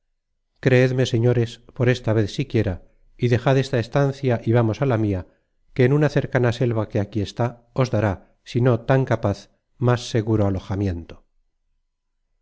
creedme señores por esta vez siquiera y dejad esta estancia y vamos á la mia que en una cercana selva que aquí está os dará si no tan capaz más seguro alojamiento